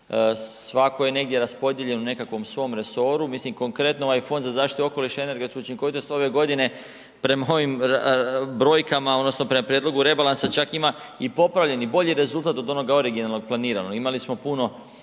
svatko je negdje raspodijeljen u nekakvom svom resoru, mislim konkretno ovaj Fond za zaštitu okoliša i energetsku učinkovitost ove godine, prema ovim brojkama odnosno prema prijedlogu rebalansa, čak ima i popravljeni bolji rezultat od onoga originalnog planiranog, imali smo puno